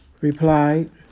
replied